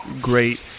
great